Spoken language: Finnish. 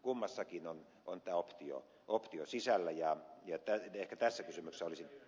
kummassakin on tämä optio sisällä ja ehkä tässä kysymyksessä olisi